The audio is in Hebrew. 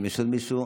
האם יש עוד מישהו?